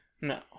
No